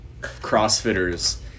crossfitters